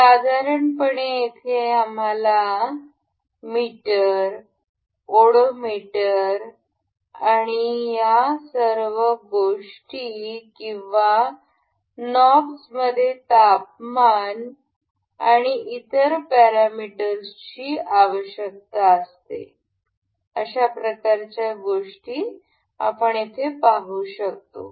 साधारणपणे येथे आम्हाला मीटर ओडोमीटर आणि या सर्व गोष्टी किंवा नॉब्जमध्ये तापमान आणि इतर पॅरामीटर्सची आवश्यकता असते अशा प्रकारच्या गोष्टी पाहू शकतो